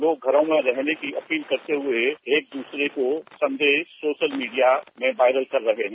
लोग घरों में रहने की अपील करते हुए एक दूसरे को संदेश सोशल मीडिया में वायरल कर रहे हैं